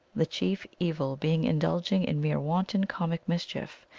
the chief evil being indulging in mere wanton, comic mischief,